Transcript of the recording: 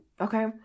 Okay